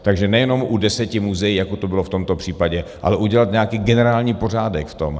Takže nejenom u deseti muzeí, jako to bylo v tomto případě, ale udělat nějaký generální pořádek v tom.